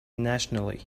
nationally